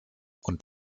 und